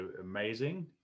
amazing